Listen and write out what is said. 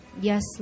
Yes